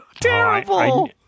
Terrible